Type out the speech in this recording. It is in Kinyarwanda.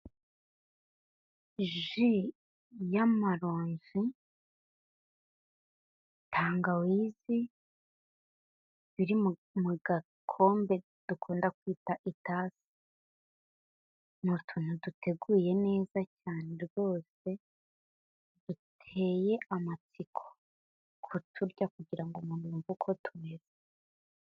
Iji yamaronji, tangawizi, biri mu gakombe dukunda kwita itasi, ni utuntu duteguye neza cyane rwose, duteye amatsiko kuturya kugira ngo umuntu yumve uko tumeze.